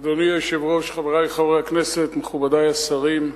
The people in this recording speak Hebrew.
אדוני היושב-ראש, חברי חברי הכנסת, מכובדי השרים,